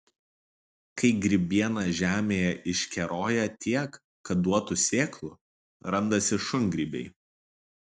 kai grybiena žemėje iškeroja tiek kad duotų sėklų randasi šungrybiai